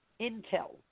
intel